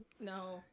No